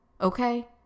Okay